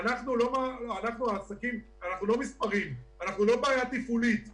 גם אנחנו כמייצגים לא מסוגלים להתמודד עם התופעה הזו.